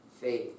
Faith